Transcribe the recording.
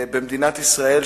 במדינת ישראל,